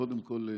קודם כול,